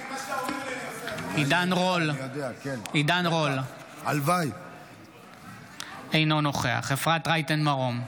עידן רול, אינו נוכח אפרת רייטן מרום,